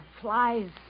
flies